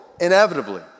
Inevitably